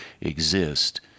exist